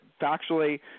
factually